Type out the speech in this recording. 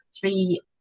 three